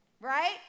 right